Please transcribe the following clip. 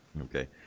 okay